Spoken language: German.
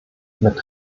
mit